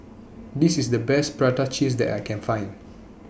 This IS The Best Prata Cheese that I Can Find